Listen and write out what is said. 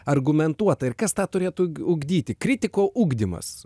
argumentuota ir kas tą turėtų ugdyti kritiko ugdymas